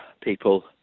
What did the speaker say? people